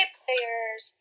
players